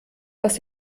dass